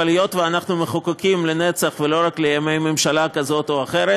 אבל היות שאנחנו מחוקקים לנצח ולא רק לימי ממשלה כזאת או אחרת,